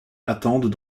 attendent